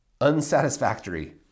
unsatisfactory